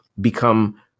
become